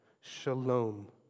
shalom